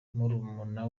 murumuna